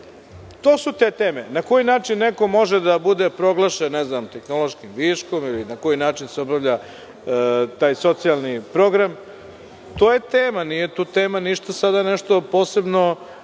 su te teme. Na koji način neko može da bude proglašen tehnološkim viškom ili na koji način se obavlja taj socijalni program. To je tema. Nije tema nešto posebno,